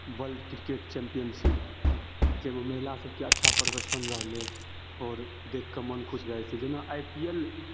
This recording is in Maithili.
वर्ल्ड क्रिकेट चैम्पियनशिप जैमे महिला सभके अच्छा प्रदर्शन रहलइ आओर देखके मोन खुश भए जाइ छै जेना आइ पी एल